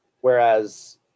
Whereas